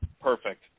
perfect